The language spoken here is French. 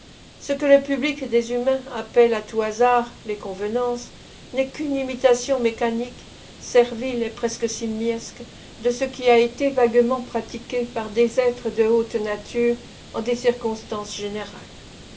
ce que le public des humains appelle à tout hasard les convenances n'est qu'une imitation mécanique servile et presque simiesque de ce qui a été vaguement pratiqué par des êtres de haute nature en des circonstances générales